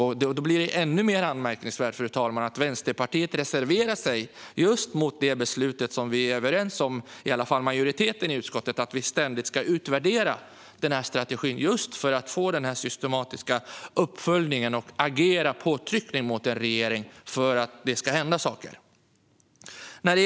Detta gör det än mer anmärkningsvärt att Vänsterpartiet reserverar sig mot det som vi i utskottsmajoriteten är överens om, nämligen att vi ständigt ska utvärdera strategin just för att få en systematisk uppföljning och agera påtryckande mot regeringen för att det ska hända saker.